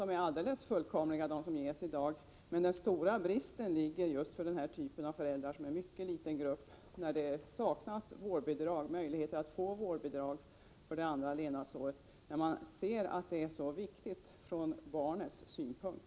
De insatser som samhället gör i dag tror jag inte är fullkomliga, men den stora bristen gäller just denna lilla grupp av föräldrar som saknar möjlighet att få vårdbidrag under barnets andra levnadsår då det är så viktigt ur barnets synpunkt.